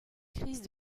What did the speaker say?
crise